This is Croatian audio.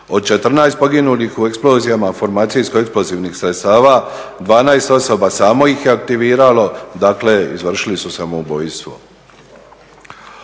Od 14 poginulih u eksplozijama formacijsko-eksplozivnih sredstava 12 osoba samo ih je aktiviralo, dakle izvršili su samoubojstvo.